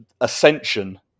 ascension